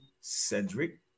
Cedric